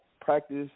practice